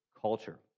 culture